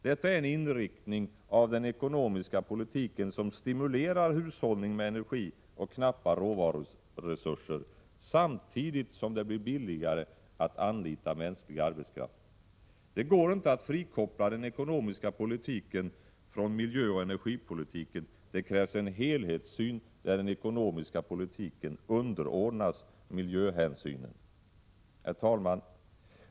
Detta ären inriktning av den ekonomiska politiken som stimulerar hushållning med energi och knappa råvaruresurser, samtidigt som det blir billigare att anlita mänsklig arbetskraft. Det går inte att frikoppla den ekonomiska politiken från miljöoch energipolitiken, utan det krävs en helhetssyn där den ekonomiska politiken underordnas miljöhänsynen. Herr talman!